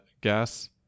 gas